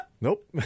Nope